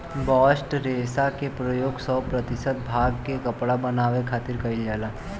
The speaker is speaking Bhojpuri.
बास्ट रेशा के प्रयोग सौ प्रतिशत भांग के कपड़ा बनावे खातिर कईल जाला